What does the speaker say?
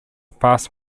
fast